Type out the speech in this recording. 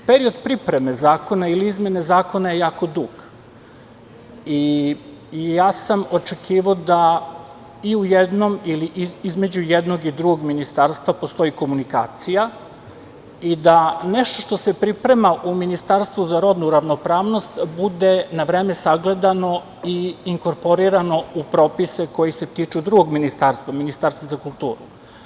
Period pripreme zakona ili izmena zakona je jako dug i ja sam očekivao da i u jednom ili između jednog i drugog ministarstva postoji komunikacija i da nešto što se priprema u Ministarstvu za rodnu ravnopravnost bude na vreme sagledano i inkorporirano u propise koji se tiču drugog ministarstva, Ministarstva za kulturu.